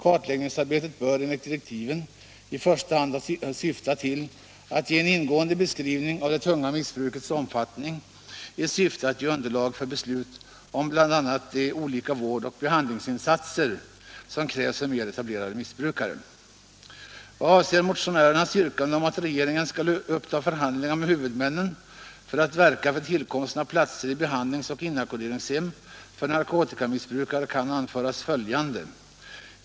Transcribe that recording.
Kartläggningsarbetet bör enligt direktiven i första hand syfta till att ge en ingående beskrivning av det tunga missbrukets omfattning i syfte att ge underlag för beslut om bl.a. de olika vårdoch behandlingsinsatser som krävs för mer etablerade missbrukare. Vad avser motionärernas yrkande om att regeringen skall uppta förhandlingar med huvudmännen för att verka för tillkomsten av platser i behandlingsoch inackorderingshem för narkotikamissbrukare kan anföras följande.